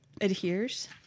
adheres